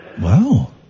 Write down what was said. wow